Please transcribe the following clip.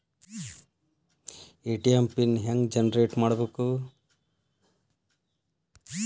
ATM pin ಹೆಂಗ್ generate ಮಾಡಬೇಕು?